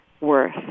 Worth